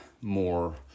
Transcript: more